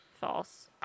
False